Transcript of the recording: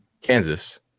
Kansas